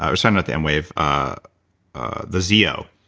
ah so not the emwave, ah ah the zo,